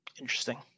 Interesting